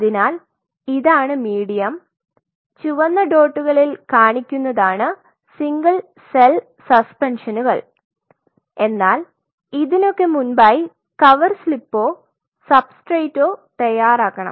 അതിനാൽ ഇതാണ് മീഡിയം ചുവന്ന ഡോട്ടുകളിൽ കാണിക്കുന്നതാണ് സിംഗിൾ സെൽ സസ്പെൻഷനുകൾ എന്നാൽ ഇതിനൊക്കെ മുൻപായി കവർ സ്ലിപ്പുകളോ സബ്സ്ട്രേറ്റോ തയ്യാറാക്കണം